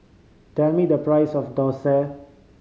tell me the price of dosa